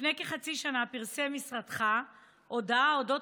לפני כחצי שנה פרסם משרדך הודעה על אודות